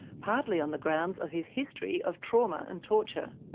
partly on the grounds of his history of trauma and torture.